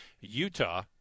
Utah